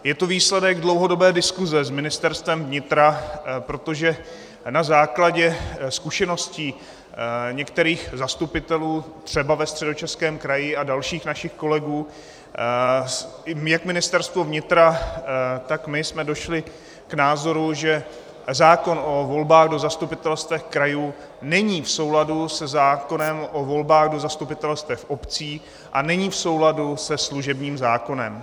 Je to výsledek dlouhodobé diskuse s Ministerstvem vnitra, protože na základě zkušeností některých zastupitelů, třeba ve Středočeském kraji a dalších našich kolegů, jak Ministerstvo vnitra, tak my jsme došli k názoru, že zákon o volbách do zastupitelstev krajů není v souladu se zákonem o volbách do zastupitelstev obcí a není v souladu se služebním zákonem.